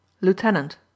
Lieutenant